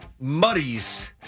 muddies